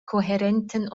kohärenten